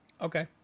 okay